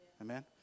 Amen